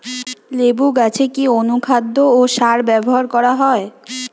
লেবু গাছে কি অনুখাদ্য ও সার ব্যবহার করা হয়?